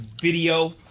video